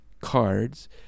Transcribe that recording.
cards